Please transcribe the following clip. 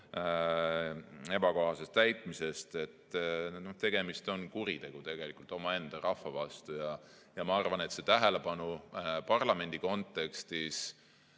ebakohasest täitmisest, on tegelikult kuritegu omaenda rahva vastu. Ma arvan, et see tähelepanu parlamendi kontekstis